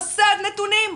מסד נתונים.